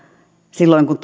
silloin kun